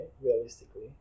Realistically